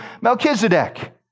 Melchizedek